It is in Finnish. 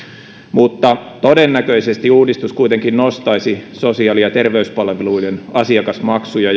mutta todennäköisesti uudistus kuitenkin nostaisi sosiaali ja terveyspalveluiden asiakasmaksuja